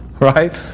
Right